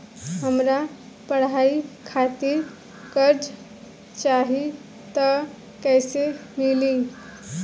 हमरा पढ़ाई खातिर कर्जा चाही त कैसे मिली?